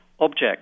objects